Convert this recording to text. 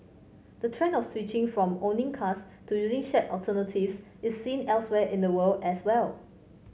the trend of switching from owning cars to using shared alternatives is seen elsewhere in the world as well